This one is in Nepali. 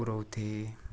पुऱ्याउँथेँ